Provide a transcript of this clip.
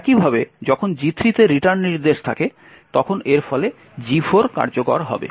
একইভাবে যখন G3 তে রিটার্ন নির্দেশ থাকে তখন এর ফলে G4 কার্যকর হবে